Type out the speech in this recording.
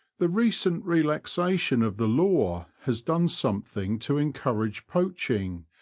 the recent relaxation of the law has done something to encourage poaching,